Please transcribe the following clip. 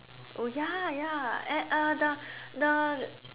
oh ya ya eh uh the the the